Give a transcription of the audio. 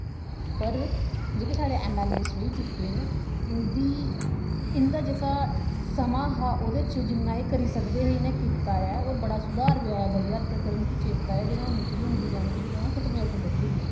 पर जेह्के साढ़े ऐम्म ऐल्ल ए रेही चुके न इं'दी इं'दा जेह्का समां हा ओह्दे च जिन्ना एह् करी सकदे हे इ'नें कीता ऐ और बड़ा सुधार बी आया बड़ी हद्द तक्कर पर मिगी चेत्ता ऐ जदूं अ'ऊं निक्की होंदी ही जानी के जदूं अ'ऊं सतमीं अठमीं पढ़दी ही